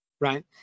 right